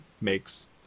makes